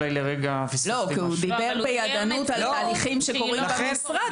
הוא דיבר בידענות על תהליכים שקורים במשרד.